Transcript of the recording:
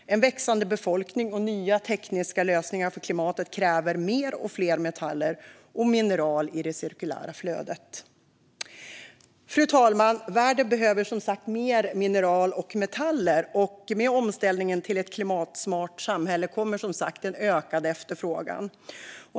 En växande befolkning och nya tekniska lösningar för klimatet kräver mer och fler metaller och mineral i det cirkulära flödet. Fru talman! Världen behöver som sagt mer mineral och metaller, och med omställningen till ett klimatsmart samhälle kommer en ökad efterfrågan.